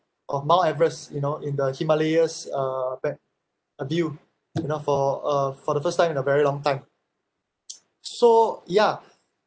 of mount everest you know in the himalayas uh be~ a view you know for uh for the first time in a very long time so ya